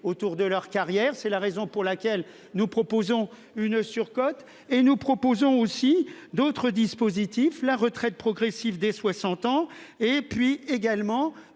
autour de leur carrière. C'est la raison pour laquelle nous proposons une surcote et nous proposons aussi d'autres dispositifs. La retraite progressive des 60 ans et puis également